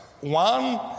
One